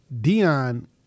Dion